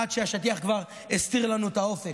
עד שהשטיח כבר הסתיר לנו את האופק,